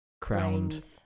crowned